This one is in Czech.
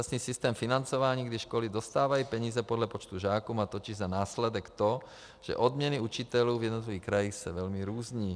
Současný systém financování, kdy školy dostávají peníze podle počtu žáků, má totiž za následek to, že odměny učitelů v jednotlivých krajích se velmi různí.